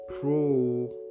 pro